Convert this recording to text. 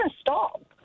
stop